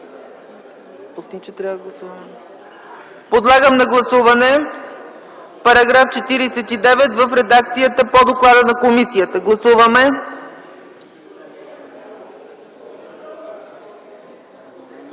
Подлагам на гласуване § 49 в редакцията по доклада на комисията. Гласували